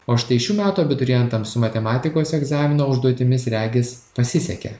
o štai šių metų abiturientams su matematikos egzamino užduotimis regis pasisekė